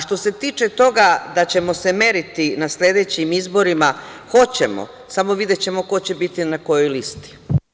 Što se tiče toga da ćemo se meriti na sledećim izborima – hoćemo, samo videćemo ko će biti na kojoj listi.